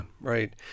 Right